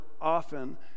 often